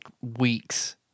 weeks